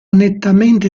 nettamente